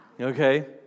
okay